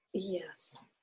Yes